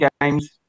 games